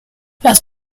las